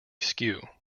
skew